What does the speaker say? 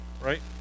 right